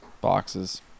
boxes